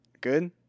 Good